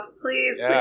please